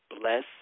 Bless